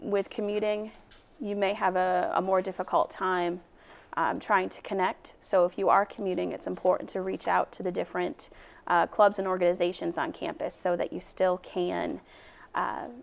with commuting you may have a more difficult time trying to connect so if you are commuting it's important to reach out to the different clubs and organizations on campus so that you still can